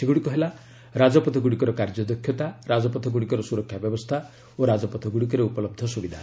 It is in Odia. ସେଗୁଡ଼ିକ ହେଲା ରାଜପଥଗୁଡ଼ିକର କାର୍ଯ୍ୟ ଦକ୍ଷତା ରାଜପଥଗୁଡ଼ିକର ସୁରକ୍ଷା ବ୍ୟବସ୍ଥା ଓ ରାଜପଥଗୁଡ଼ିକରେ ଉପଲହ୍ଧ ସୁବିଧା